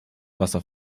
wasser